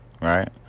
Right